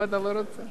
מפה אתה לא רוצה?